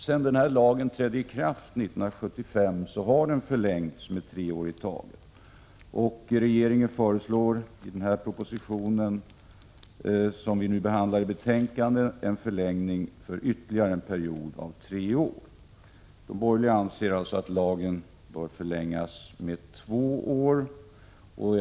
Sedan denna lag trädde i kraft 1975 har den förlängts med tre åri taget, och regeringen föreslår i den proposition som vi nu behandlar en förlängning för ytterligare en period av tre år. De borgerliga anser också att lagen bör förlängas, men bara med två år.